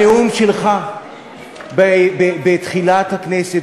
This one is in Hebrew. הנאום שלך בתחילת הכנסת,